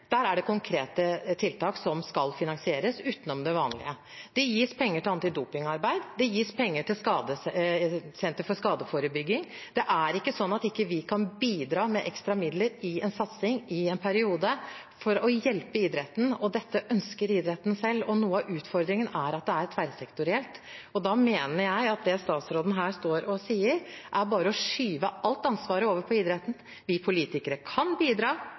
der det er konkrete tiltak som skal finansieres utenom det vanlige. Det gis penger til antidopingarbeid, det gis penger til senter for skadeforebygging. Det er ikke slik at vi ikke kan bidra med ekstra midler til en satsing i en periode for å hjelpe idretten. Dette ønsker idretten selv. Noe av utfordringen er at det er tverrsektorielt, og da mener jeg at det statsråden står her og sier, er bare å skyve alt ansvaret over på idretten. Vi politikere kan bidra,